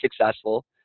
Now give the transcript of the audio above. successful